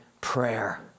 prayer